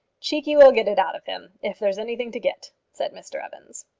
cheekey will get it out of him, if there is anything to get, said mr evans.